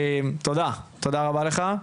תודה רבה לך.